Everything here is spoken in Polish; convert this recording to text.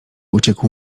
uciekł